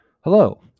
Hello